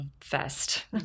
fest